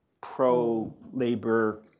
pro-labor